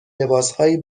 لباسهای